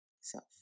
self